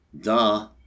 Duh